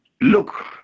look